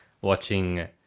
watching